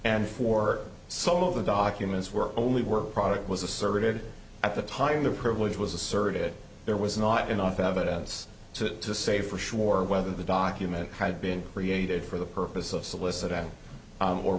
and for some of the documents were only work product was asserted at the time the privilege was asserted there was not enough evidence to say for sure whether the document had been created for the purpose of solicit